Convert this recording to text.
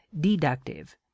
deductive